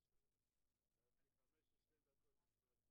אני מתכבד לפתוח את הישיבה.